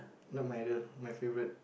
not my idol my favourite